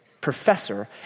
professor